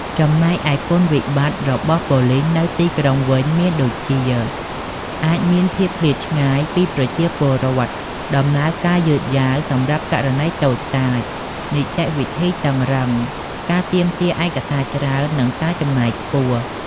ចំណែកឯគុណវិបត្តិរបស់ប៉ូលីសនៅទីក្រុងវិញ មានដូចជា អាចមានភាពឃ្លាតឆ្ងាយពីប្រជាពលរដ្ឋ ដំណើរការយឺតយ៉ាវសម្រាប់ករណីតូចតាច នីតិវិធីតឹងរ៉ឹង ការទាមទារឯកសារច្រើន និងការចំណាយខ្ពស់។